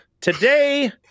today